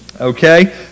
okay